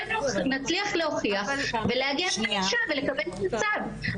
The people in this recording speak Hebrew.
נצליח להוכיח ולהגן על האישה ולקבל את הצו.